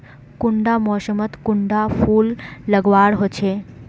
कुंडा मोसमोत कुंडा फुल लगवार होछै?